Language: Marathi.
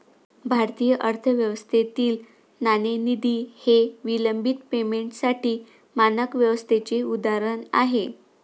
भारतीय अर्थव्यवस्थेतील नाणेनिधी हे विलंबित पेमेंटसाठी मानक व्यवस्थेचे उदाहरण आहे